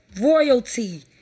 royalty